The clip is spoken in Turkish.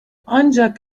ancak